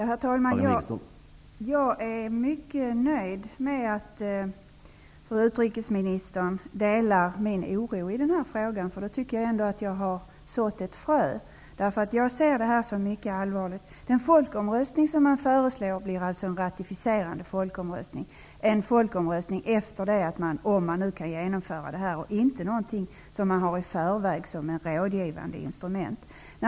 Herr talman! Jag är mycket nöjd med att fru utrikesministern delar min oro i den här frågan. Då har jag ändå sått ett frö. Jag ser mycket allvarligt på detta. Den föreslagna folkomröstningen blir en ratificerande folkomröstning. Den kommer alltså efteråt -- om man nu kan genomföra detta -- och inte i förväg som ett rådgivande instrument.